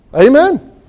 Amen